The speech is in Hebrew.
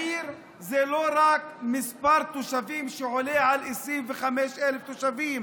העיר זה לא רק מספר תושבים, יותר מ-25,000 תושבים,